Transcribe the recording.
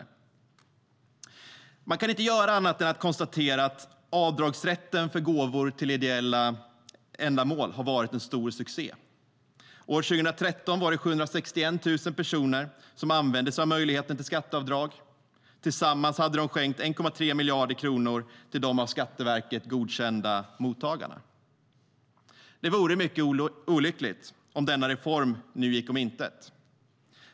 STYLEREF Kantrubrik \* MERGEFORMAT Utgiftsramar och beräkning av stats-inkomsternaDet vore mycket olyckligt om denna reform nu gick om intet.